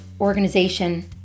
organization